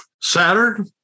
Saturn